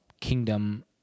kingdom